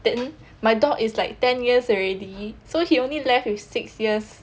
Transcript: then my dog is like ten years already so he only left with six years